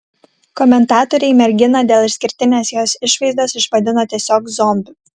komentatoriai merginą dėl išskirtinės jos išvaizdos išvadino tiesiog zombiu